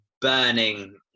burning